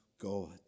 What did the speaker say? God